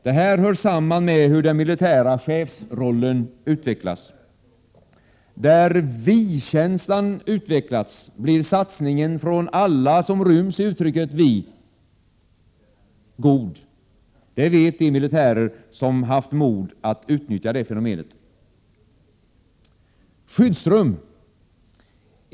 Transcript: Detta hör samman med hur den militära chefsrollen utvecklas. Där vi-känslan utvecklats blir satsningen god från alla som ryms i uttrycket ”vi”. 47 Prot. 1987/88:131 Detta vet de militärer som haft mod att utnyttja det fenomenet.